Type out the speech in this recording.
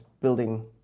building